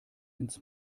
ins